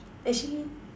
actually